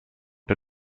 der